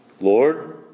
Lord